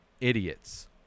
idiots